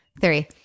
three